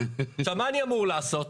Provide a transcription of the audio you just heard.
מה אני אמור לעשות?